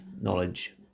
knowledge